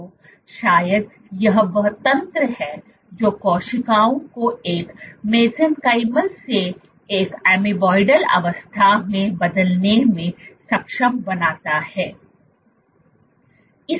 तो शायद यह वह तंत्र है जो कोशिकाओं को एक मेसेंकाईमल से एक एमीबॉयडल अवस्था में बदलने में सक्षम बनाता है